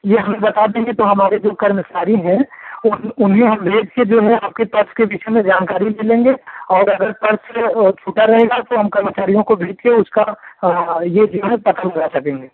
ये हमें बता देंगे तो हमारे जो कर्मचारी हैं वो उन्हें हम भेज के जो है आपके पर्स के विषय में जानकारी भी लेंगे और अगर पर्स के छूटा रहेगा तो हम कर्मचारियों को भेज के उसका ये जो हैं पता लगा सकेंगे